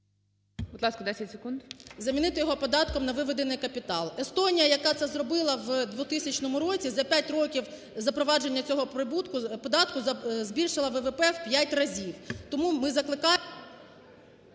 Будь ласка, 10 секунд.